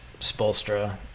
Spolstra